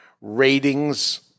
Ratings